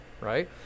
right